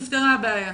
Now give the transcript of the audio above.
נפתרה הבעיה.